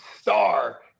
star